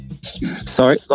Sorry